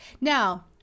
Now